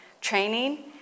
training